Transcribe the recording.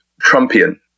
Trumpian